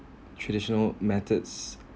traditional methods